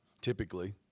typically